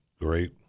Great